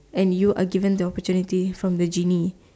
any you are given the opportunity from the Ginny